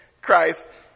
Christ